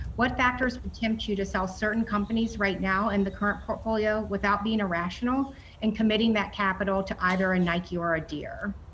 what factors could tempt you to sell certain companies right now in the current portfolio without being irrational and committing that capital to either a nike or a deere?